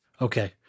Okay